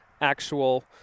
actual